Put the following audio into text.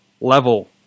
level